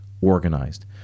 organized